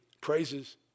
praises